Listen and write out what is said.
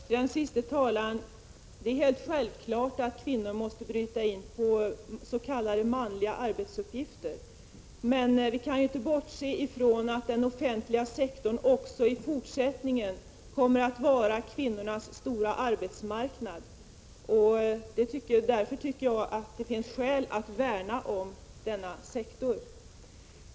Herr talman! Först till den senaste talaren här. Det är helt självklart att kvinnor måste bryta in på områden med s.k. manliga uppgifter. Men vi kan inte bortse från att den offentliga sektorn också i fortsättningen kommer att vara kvinnornas stora arbetsmarknad. Därför tycker jag att det finns skäl att värna om denna sektor.